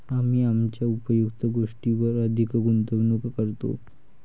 आम्ही आमच्या उपयुक्त गोष्टींवर अधिक गुंतवणूक करतो